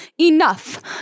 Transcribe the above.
Enough